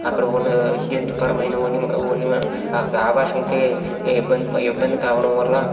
అక్కడ ఉన్న జంతు పరమైన వన్య వన్య ఆవాసంకి ఇబ్బంది ఇబ్బంది కావడం వల్ల